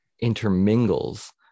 intermingles